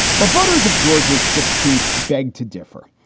but voters of georgia's sixteenth beg to differ,